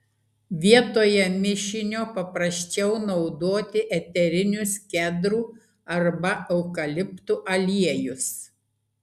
vietoje mišinio paprasčiau naudoti eterinius kedrų arba eukaliptų aliejus